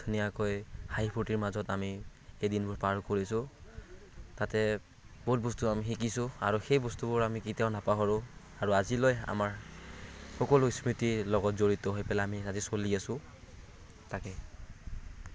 ধুনীয়াকৈ হাঁহি ফুৰ্টিৰ মাজত আমি সেই দিনবোৰ পাৰ কৰিছোঁ তাতে বহুত বস্তু আমি শিকিছোঁ আৰু সেই বস্তুবোৰ আমি কেতিয়াও নাপাহৰোঁ আৰু আজিলৈ আমাৰ সকলো স্মৃতিৰ লগত জড়িত হৈ পেলাই আমি চলি আছোঁ তাকে